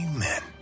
Amen